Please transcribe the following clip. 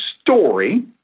story